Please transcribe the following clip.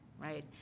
right?